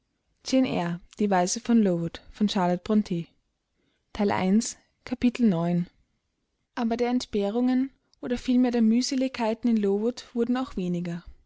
aber der entbehrungen oder vielmehr der mühseligkeiten in lowood wurden auch weniger